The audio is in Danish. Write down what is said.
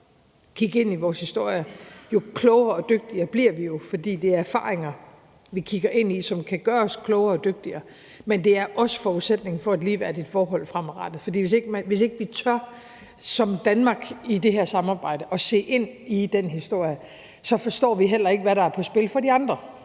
kigge ind i vores historie, jo klogere og dygtigere bliver vi jo, fordi det er erfaringer, som kan gøre os klogere og dygtigere, som vi kigger ind i. Men det er også forudsætningen for et ligeværdigt forhold fremadrettet, for hvis ikke vi i Danmark som nogle, der er en del af her samarbejde, tør se ind i den historie, så forstår vi heller ikke, hvad der er på spil for de andre